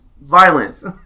violence